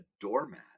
doormat